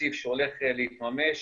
רציף שהולך להתממש